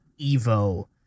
Evo